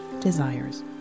desires